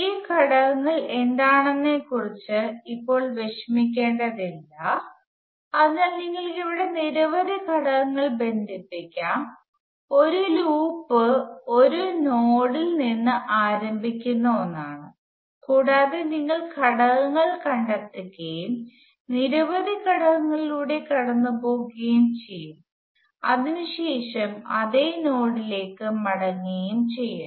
ഈ ഘടകങ്ങൾ എന്താണെന്നതിനെക്കുറിച്ച് ഇപ്പോൾ വിഷമിക്കേണ്ടതില്ല അതിനാൽ നിങ്ങൾക്ക് ഇവിടെ നിരവധി ഘടകങ്ങൾ ബന്ധിപ്പിക്കാം ഒരു ലൂപ്പ് ഒരു നോഡിൽ നിന്ന് ആരംഭിക്കുന്ന ഒന്നാണ് കൂടാതെ നിങ്ങൾ ഘടകങ്ങൾ കണ്ടെത്തുകയും നിരവധി ഘടകങ്ങളിലൂടെ കടന്നുപോകുകയും ചെയ്യാം അതിനു ശേഷം അതേ നോഡിലേക്ക് മടങ്ങുകയും ചെയ്യുന്നു